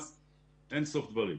אין סוף דברים.